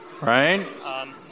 right